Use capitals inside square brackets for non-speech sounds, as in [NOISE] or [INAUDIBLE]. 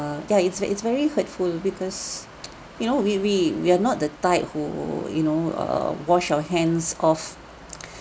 uh yeah it's it's very hurtful because [NOISE] you know we we we're not the type who you know err wash our hands off